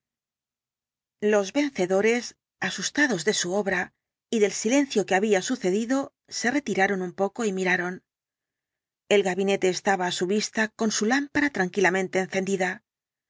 los vencedores asustados de su obra y del silencio que había sucedido se retiraron un poco y miraron el gabinete estaba á su vista con su lámpara tranquilamente encendida